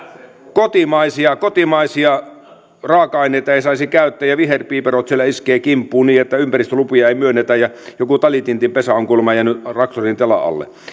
kotimaisia kotimaisia raaka aineita ei saisi käyttää ja viherpiiperot iskevät kimppuun niin että ympäristölupia ei myönnetä kun joku talitintin pesä on kuulemma jäänyt traktorin telan alle